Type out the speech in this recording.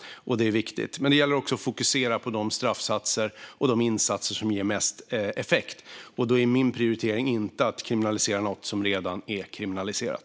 Detta är viktigt. Men det gäller också att fokusera på de straffsatser och de insatser som ger mest effekt, och då är min prioritering inte att kriminalisera något som redan är kriminaliserat.